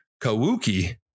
Kawuki